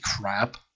crap